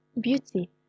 Beauty